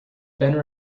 been